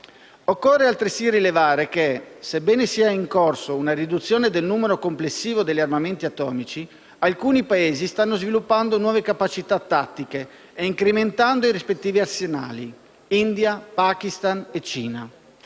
Occorre altresì rilevare che, sebbene sia in corso una riduzione del numero complessivo degli armamenti atomici, alcuni Paesi stanno sviluppando nuove capacità tattiche e incrementando i rispettivi arsenali. Mi riferisco a India, Pakistan e Cina.